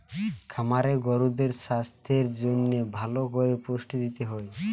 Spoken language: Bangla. খামারে গরুদের সাস্থের জন্যে ভালো কোরে পুষ্টি দিতে হচ্ছে